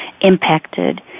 impacted